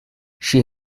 she